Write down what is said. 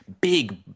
big